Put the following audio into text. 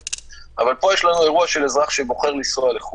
פה יש לנו אירוע של אזרח שבוחר לנסוע לחו"ל,